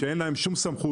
שאין להם שום סמכות,